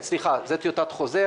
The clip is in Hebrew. לטיוטת חוזר,